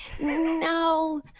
No